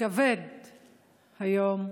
כבד היום,